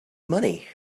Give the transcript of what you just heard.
money